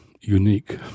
unique